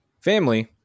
family